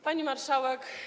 Pani Marszałek!